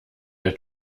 der